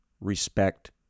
respect